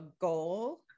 goal